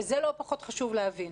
ואת זה לא פחות חשוב להבין,